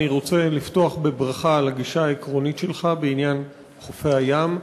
אני רוצה לפתוח בברכה על הגישה העקרונית שלך בעניין חופי הים.